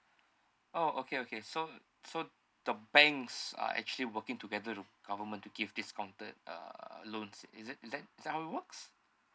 oh okay okay so so the banks are actually working together with government to give discounted uh loans is it is that is that how it works